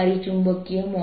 H